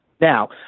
Now